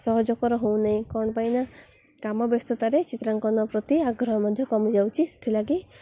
ସହଜକର ହଉ ନାହିଁ କ'ଣ ପାଇଁ ନା କାମ ବ୍ୟସ୍ତତାରେ ଚିତ୍ରାଙ୍କନ ପ୍ରତି ଆଗ୍ରହ ମଧ୍ୟ କମିଯାଉଛି ସେଥିଲାଗି